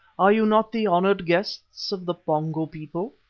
are you not the honoured guests of the pongo people?